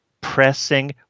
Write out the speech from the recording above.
pressing